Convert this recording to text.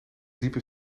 diepe